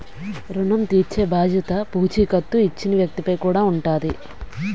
ఋణం తీర్చేబాధ్యత పూచీకత్తు ఇచ్చిన వ్యక్తి పై కూడా ఉంటాది